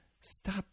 Stop